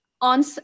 on